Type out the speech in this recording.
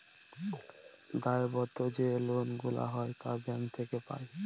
দায়বদ্ধ যে লোন গুলা হয় তা ব্যাঙ্ক থেকে পাই